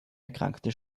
erkrankte